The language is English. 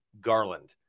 Garland